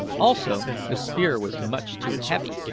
also the spear was much too heavy,